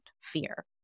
fear